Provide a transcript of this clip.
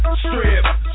strip